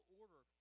order